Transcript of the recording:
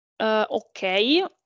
Okay